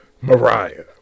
Mariah